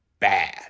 bad